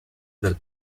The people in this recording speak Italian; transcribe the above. dal